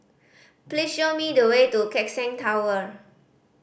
please show me the way to Keck Seng Tower